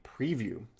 preview